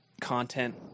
content